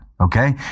okay